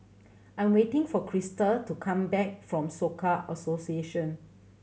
I'm waiting for Christa to come back from Soka Association